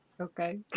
Okay